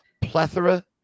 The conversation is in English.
Plethora